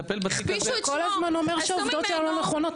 אתה כל הזמן אומר שהעובדות שלה לא נכונות.